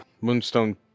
Moonstone